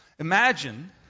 Imagine